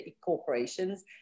corporations